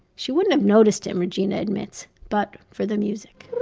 she wouldn't have noticed him, regina admits, but for the music